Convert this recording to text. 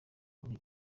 kuri